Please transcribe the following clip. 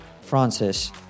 Francis